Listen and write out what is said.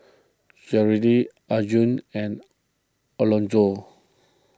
Cherelle Arjun and Alonzo